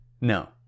No